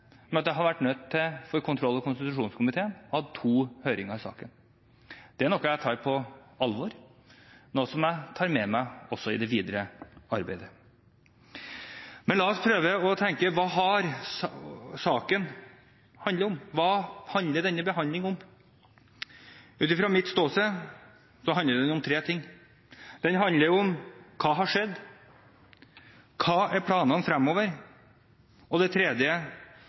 med tydelighet det at kontroll- og konstitusjonskomiteen har vært nødt til å ha to høringer i saken. Det er noe jeg tar på alvor, og noe jeg tar med meg også i det videre arbeidet. Men la oss prøve å tenke: Hva handler denne saken om? Ut fra mitt ståsted handler den om tre ting. Den handler om hva som har skjedd, hva som er planene fremover, og om samspillet mellom storting og regjering. I juni 2013 ble det